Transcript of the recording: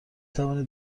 توانید